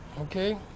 okay